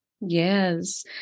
Yes